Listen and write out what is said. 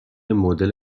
مدل